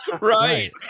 Right